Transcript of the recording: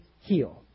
heal